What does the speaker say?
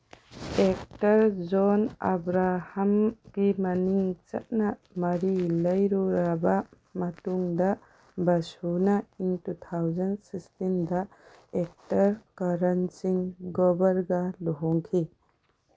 actor John ꯑꯕ꯭ꯔꯥꯍꯝꯒꯤ ꯃꯅꯤꯡ ꯆꯠꯅ ꯃꯔꯤ ꯂꯩꯔꯨꯔꯕ ꯃꯇꯨꯡꯗ ꯕꯁꯨꯅ ꯏꯪ ꯇꯨ ꯊꯥꯎꯖꯟ ꯁꯤꯛꯁꯇꯤꯟꯗ ꯑꯦꯛꯇꯔ ꯀꯔꯟ ꯁꯤꯡ ꯒꯣꯚꯔꯒ ꯂꯨꯍꯣꯡꯈꯤ